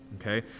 okay